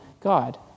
God